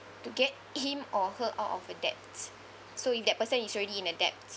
to get him or her out of her debts so if that person is already in the debt